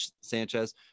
sanchez